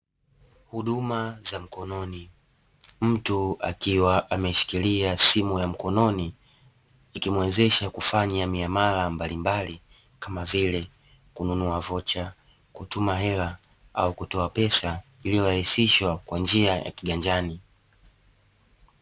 Huduma za mkononi. Mtu akiwa ameshikilia simu ya mkononi, ikimuwezesha kufanya miamala mbalimbali kama vile: kununua vocha, kutuma hela au kutoa pesa iliyo rahisishwa kwa njia ya kiganjani.